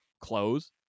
Clothes